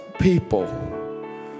people